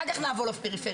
אחר כך נעבור לפריפריה,